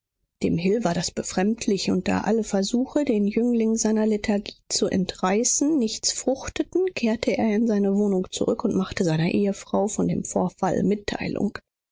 dem hill war das befremdlich und da alle versuche den jüngling seiner lethargie zu entreißen nichts fruchteten kehrte er in seine wohnung zurück und machte seiner ehefrau von dem vorfall mitteilung